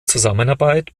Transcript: zusammenarbeit